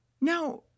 Now